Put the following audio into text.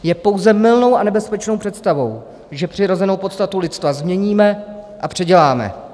Je pouze mylnou a nebezpečnou představou, že přirozenou podstatu lidstva změníme a předěláme.